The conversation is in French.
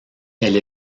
elle